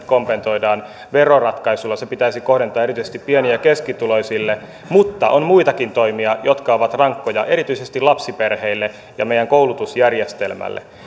kompensoidaan veroratkaisulla se pitäisi kohdentaa erityisesti pieni ja ja keskituloisille mutta on muitakin toimia jotka ovat rankkoja erityisesti lapsiperheille ja meidän koulutusjärjestelmälle